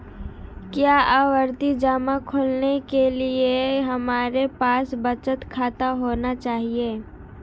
क्या आवर्ती जमा खोलने के लिए हमारे पास बचत खाता होना चाहिए?